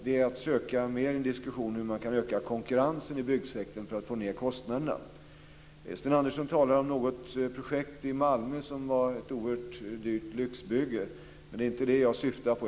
Det behövs mera en diskussion om hur man kan öka konkurrensen i byggsektorn för att få ned kostnaderna. Sten Andersson talar om ett projekt i Malmö som var ett oerhört dyrt lyxbygge. Det är inte det som jag syftar på.